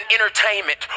entertainment